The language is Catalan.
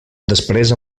després